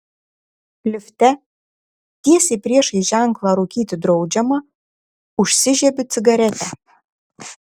lifte tiesiai priešais ženklą rūkyti draudžiama užsižiebiu cigaretę